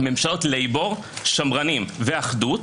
ממשלות לייבור שמרנים ואחדות